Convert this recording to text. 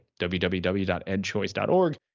www.edchoice.org